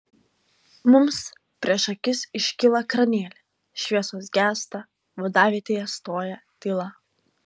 mums prieš akis iškyla ekranėliai šviesos gęsta vadavietėje stoja tyla